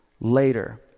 later